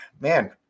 man